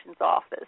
office